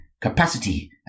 capacity